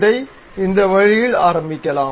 இதை இந்த வழியில் ஆரம்பிக்கலாம்